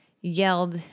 yelled